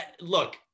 look